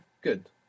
Good